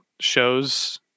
shows